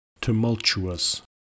Tumultuous